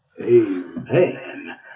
amen